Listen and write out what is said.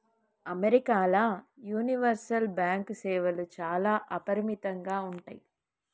అమెరికాల universal bank సేవలు చాలా అపరిమితంగా ఉంటయ్